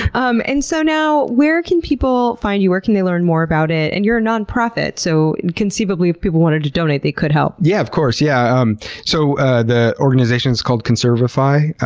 um and so now, where can people find you? where can they learn more about it? and you're a nonprofit. so conceivably if people wanted to donate, they could help. yeah, of course. yeah um so the organization is called conservify.